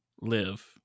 live